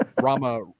Rama